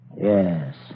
Yes